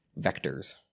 vectors